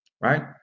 Right